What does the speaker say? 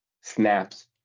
snaps